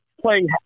playing